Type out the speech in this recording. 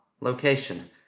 location